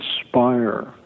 inspire